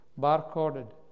barcoded